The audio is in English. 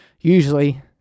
usually